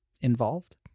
involved